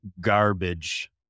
garbage